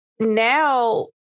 Now